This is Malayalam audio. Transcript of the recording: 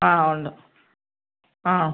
ആ ഉണ്ട് ആ